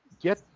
get